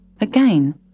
Again